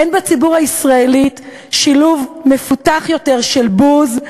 אין בציבוריות הישראלית שילוב מפותח יותר של בוז,